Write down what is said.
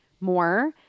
more